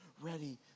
ready